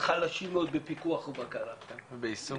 חלשים מאוד בפיקוח ובקרה, ביישום